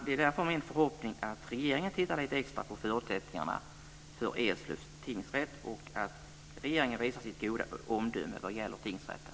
Det är därför min förhoppning att regeringen tittar lite extra på förutsättningarna för Eslövs tingsrätt och att regeringen visar sitt goda omdöme vad gäller tingsrätten.